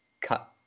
cut